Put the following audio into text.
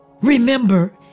Remember